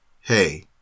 Hey